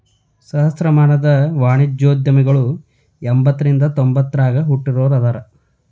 ಸಹಸ್ರಮಾನದ ವಾಣಿಜ್ಯೋದ್ಯಮಿಗಳ ಎಂಬತ್ತ ಒಂದ್ರಿಂದ ತೊಂಬತ್ತ ಆರಗ ಹುಟ್ಟಿದೋರ ಅದಾರ